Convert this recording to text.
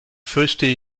fürchte